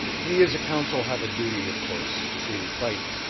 we as a council have a duty, of course, to fight